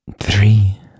Three